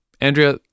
Andrea